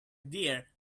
deer